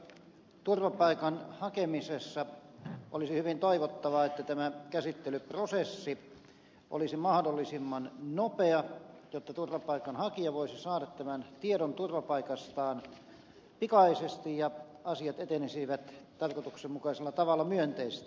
turvapaikan hakemisessa olisi hyvin toivottavaa että tämä käsittelyprosessi olisi mahdollisimman nopea jotta turvapaikanhakija voisi saada tiedon turvapaikastaan pikaisesti ja asiat etenisivät tarkoituksenmukaisella tavalla myönteisesti